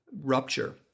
rupture